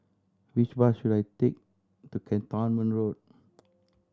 which bus should I take to Cantonment Road